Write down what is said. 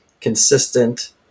consistent